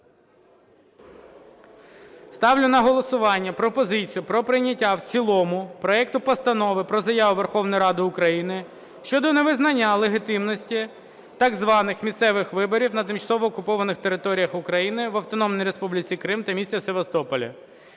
Ставлю на голосування пропозицію про прийняття в цілому проекту Постанови про Заяву Верховної Ради України щодо невизнання легітимності так званих місцевих виборів на тимчасово окупованих територіях України – в Автономній Республіці Крим та місті Севастополі.